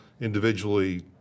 individually